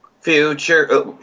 future